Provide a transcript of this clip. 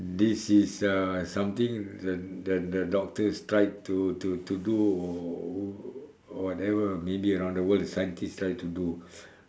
this is uh something the the the doctors try to to to do or whatever maybe around the world the scientist try to do